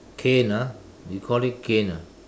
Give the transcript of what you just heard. cane ah you call it cane ah